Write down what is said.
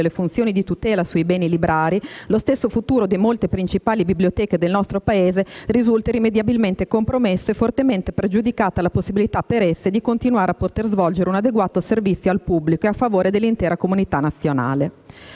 delle funzioni di tutela sui beni librari, lo stesso futuro di molte principali biblioteche del nostro Paese risulta irrimediabilmente compromesso e fortemente pregiudicata la possibilità per esse di continuare a poter erogare un adeguato servizio al pubblico e a favore dell'intera comunità nazionale.